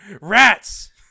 Rats